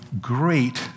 great